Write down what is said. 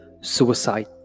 suicide